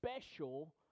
special